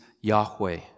Yahweh